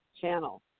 Channel